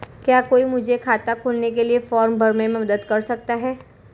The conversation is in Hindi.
क्या कोई मुझे खाता खोलने के लिए फॉर्म भरने में मदद कर सकता है?